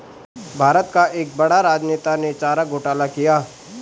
भारत का एक बड़ा राजनेता ने चारा घोटाला किया